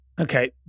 Okay